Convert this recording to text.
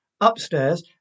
Upstairs